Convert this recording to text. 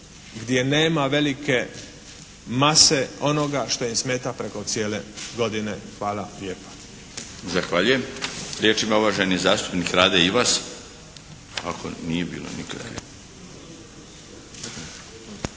gdje nema velike mase onoga što im smeta preko cijele godine. Hvala lijepa.